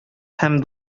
һәм